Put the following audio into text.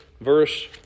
verse